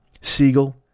Siegel